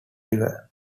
river